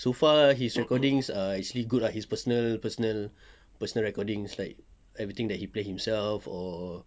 so far his recordings are actually good ah his personal his personal personal recordings is like everything that he plays himself or